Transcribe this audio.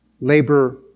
Labor